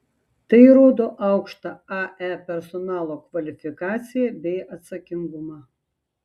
tai rodo aukštą ae personalo kvalifikaciją bei atsakingumą